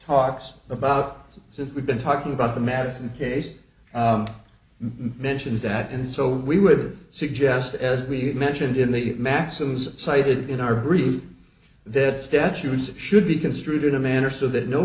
talks about that since we've been talking about the madison case mentions that and so we would suggest as we mentioned in the maxims cited in our brief that statutes should be construed in a manner so that no